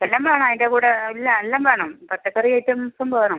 എല്ലാം വേണം അതിന്റെ കൂടെ ഇല്ല എല്ലാം വേണം പച്ചക്കറി ഐറ്റംസും വേണം